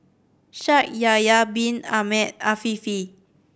Shaikh Yahya Bin Ahmed Afifi